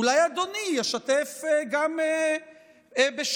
אולי אדוני ישתף את אזרחי ישראל גם